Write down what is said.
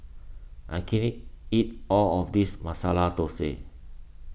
I can't eat all of this Masala Thosai